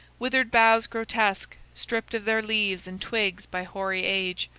withered boughs grotesque, stripped of their leaves and twigs by hoary age,